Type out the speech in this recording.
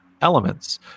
elements